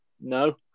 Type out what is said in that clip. No